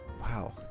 wow